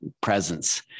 presence